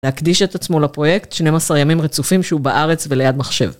להקדיש את עצמו לפרויקט 12 ימים רצופים שהוא בארץ וליד מחשב